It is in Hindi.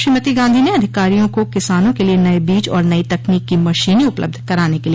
श्रीमती गांधी ने अधिकारिया को किसाना के लिए नये बीज और नई तकनीक की मशीने उपलब्ध कराने के लिए कहा